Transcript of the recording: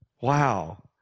wow